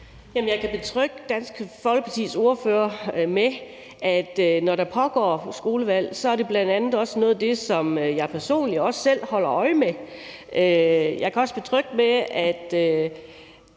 Jeg kan betrygge Dansk Folkepartis ordfører med at sige, at når der pågår skolevalg, er det bl.a. også noget af det, som jeg selv personligt holder øje med. Jeg kan også betrygge med at